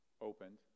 opened